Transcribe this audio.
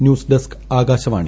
news desk Akashvani